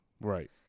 Right